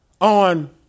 on